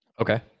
okay